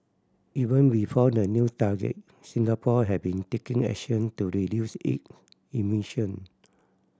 even before the new target Singapore had been taking action to reduce it emission